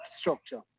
structure